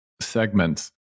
segments